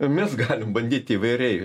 mes galim bandyti įvairiai